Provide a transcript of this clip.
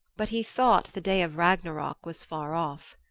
but he thought the day of ragnarok was far off.